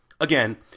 Again